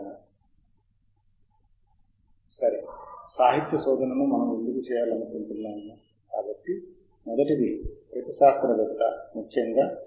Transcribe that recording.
మీరు ఈ రకమైన స్క్రీన్ ని చూసినప్పుడు దయచేసి మీరు మీ గ్రంధాలయ అధికారిని సంప్రదించి మీకు సభ్యత్వం ఉందా అని అడగండి మరియు అవును అయితే మీరు దానిని ప్రాప్యత సైట్ చేయగల ప్రత్యేక పద్దతి ఏమిటి